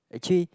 actually